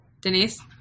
Denise